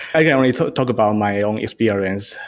i can only talk about my own experience.